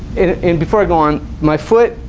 and before i go on my foot,